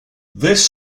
this